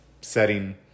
setting